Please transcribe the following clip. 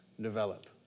develop